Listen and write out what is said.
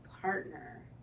partner